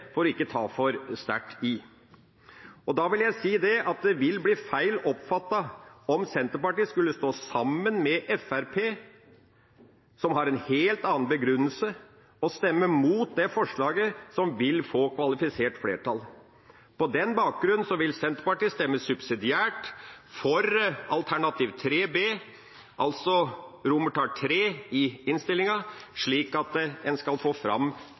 for ikke å ta for sterkt i. Da vil jeg si at det vil bli feil oppfattet om Senterpartiet skulle stå sammen med Fremskrittspartiet, som har en helt annen begrunnelse, og stemme mot det forslaget som vil få kvalifisert flertall. På den bakgrunnen vil Senterpartiet stemme subsidiært for alternativ 3 B, altså romertall III i innstillinga, slik at en får fram